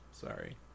sorry